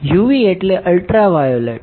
UV એટલે ultraviolet